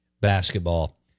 basketball